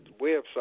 website